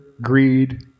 greed